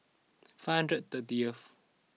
five hundred thirty